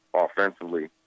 offensively